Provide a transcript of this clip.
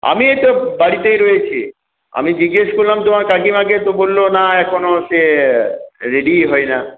আমি এই তো বাড়িতেই রয়েছি আমি জিজ্ঞাসা করলাম তোমার কাকিমাকে তো বলল না এখনও সে রেডিই হয় না